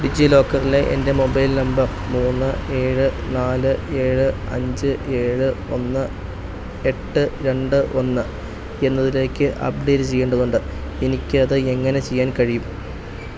ഡിജിലോക്കറിലെ എൻ്റെ mobile number മൂന്ന് ഏഴ് നാല് ഏഴ് അഞ്ച് ഏഴ് ഒന്ന് എട്ട് രണ്ട് ഒന്ന് എന്നതിലേക്ക് അപ്ഡേറ്റ് ചെയ്യേണ്ടതുണ്ട് എനിക്ക് അതെങ്ങനെ ചെയ്യാൻ കഴിയും